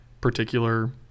particular